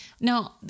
no